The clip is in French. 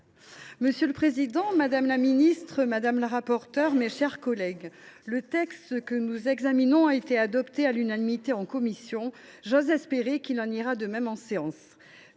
Monsieur le président, madame la ministre, mes chers collègues, le texte que nous examinons a été adopté à l’unanimité en commission. J’ose espérer qu’il en ira de même en séance.